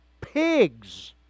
pigs